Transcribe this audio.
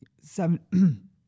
seven